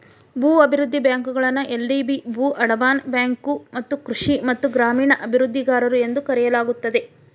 ಭೂ ಅಭಿವೃದ್ಧಿ ಬ್ಯಾಂಕುಗಳನ್ನ ಎಲ್.ಡಿ.ಬಿ ಭೂ ಅಡಮಾನ ಬ್ಯಾಂಕು ಮತ್ತ ಕೃಷಿ ಮತ್ತ ಗ್ರಾಮೇಣ ಅಭಿವೃದ್ಧಿಗಾರರು ಎಂದೂ ಕರೆಯಲಾಗುತ್ತದೆ